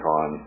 on